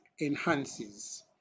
enhances